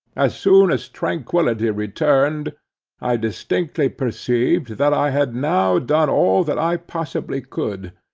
as soon as tranquility returned i distinctly perceived that i had now done all that i possibly could,